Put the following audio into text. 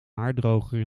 haardroger